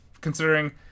Considering